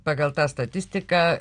pagal tą statistiką